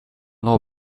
law